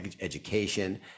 education